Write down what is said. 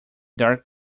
dark